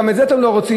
גם את זה אתם לא רוצים,